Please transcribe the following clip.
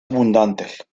abundantes